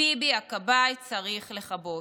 ביבי הכבאי צריך לכבות.